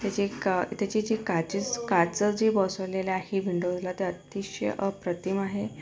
त्याचे क त्याचे जे काचेच काचं जे बसवलेलं आहे विंडोजला ते अतिशय अप्रतिम आहे